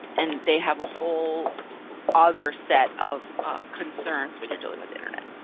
and they have a whole other set of concerns when you're dealing with the internet.